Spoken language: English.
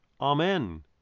Amen